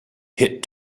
hit